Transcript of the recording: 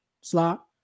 slot